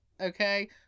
okay